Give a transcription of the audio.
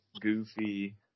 goofy